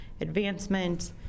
advancement